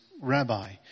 Rabbi